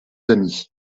amis